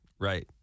Right